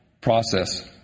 process